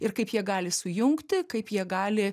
ir kaip jie gali sujungti kaip jie gali